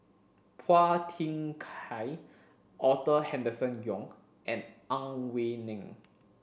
Phua Thin Kiay Arthur Henderson Young and Ang Wei Neng